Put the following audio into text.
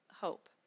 hope